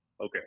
Okay